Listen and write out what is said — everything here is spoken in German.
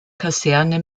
kaserne